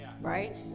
right